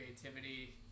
creativity